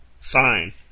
sign